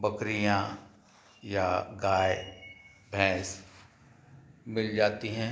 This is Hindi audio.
बकरियाँ या गाए भैंस मिल जाती हैं